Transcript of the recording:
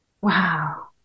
Wow